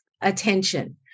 attention